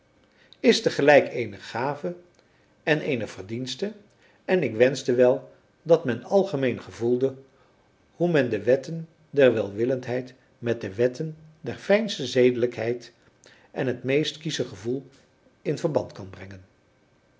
is te gelijk eene gave en eene verdienste en ik wenschte wel dat men algemeen gevoelde hoe men de wetten der welwillendheid met de wetten der fijnste zedelijkheid en het meest kiesche gevoel in verband kan brengen